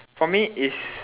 for me is